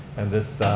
and this